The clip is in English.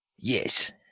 Yes